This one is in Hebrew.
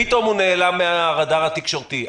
פתאום הוא נעלם מן הרדאר התקשורתי.